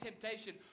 temptation